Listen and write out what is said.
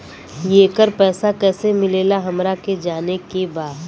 येकर पैसा कैसे मिलेला हमरा के जाने के बा?